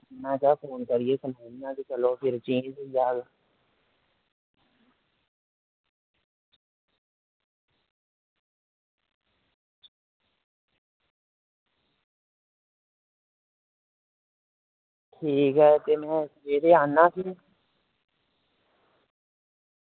में सोचेआ चलो फोन करियै सनाई ओड़ना कि चलो फिर चेंज होई जाह्ग ते ठीक ऐ ते में सवेरे आना फिरी